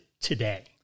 today